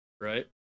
right